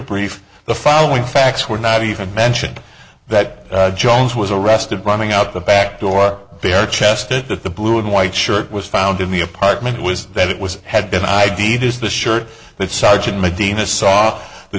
brief the following facts were not even mentioned that jones was arrested running out the back door bare chested that the blue and white shirt was found in the apartment was that it was had been i d d is the shirt that sergeant medina saw the